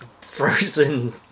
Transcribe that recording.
frozen